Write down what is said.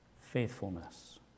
faithfulness